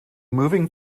moving